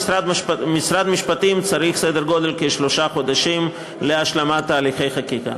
משרד המשפטים צריך כשלושה חודשים להשלמת תהליכי החקיקה.